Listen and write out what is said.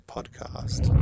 Podcast